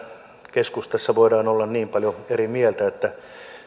keskustassa voidaan olla niin paljon eri mieltä